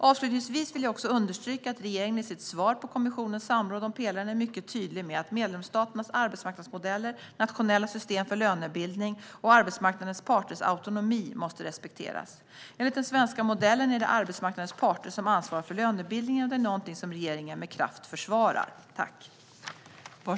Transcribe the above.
Avslutningsvis vill jag också understryka att regeringen i sitt svar på kommissionens samråd om pelaren är mycket tydlig med att medlemsstaternas arbetsmarknadsmodeller, nationella system för lönebildning och arbetsmarknadens parters autonomi måste respekteras. Enligt den svenska modellen är det arbetsmarknadens parter som ansvarar för lönebildningen, och det är något som regeringen med kraft försvarar.